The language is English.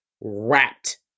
Wrapped